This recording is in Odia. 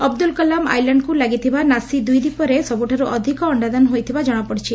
ଅବୁଦୁଲ କଲାମ ଆଇଲାଣ୍ଡକୁ ଲାଗିଥିବା ନାସି ଦୁଇ ଦ୍ୱୀପରେ ସବୁଠାରୁ ଅଧିକ ଅଶ୍ତାଦାନ ହୋଇଥିବା ଜଣାପଡିଛି